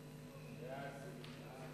סעיפים 1